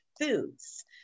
foods